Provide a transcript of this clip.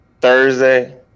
thursday